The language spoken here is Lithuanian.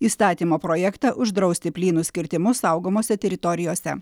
įstatymo projektą uždrausti plynus kirtimus saugomose teritorijose